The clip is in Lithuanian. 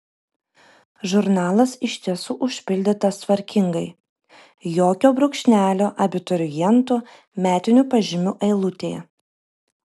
žurnalas iš tiesų užpildytas tvarkingai jokio brūkšnelio abiturientų metinių pažymių eilutėje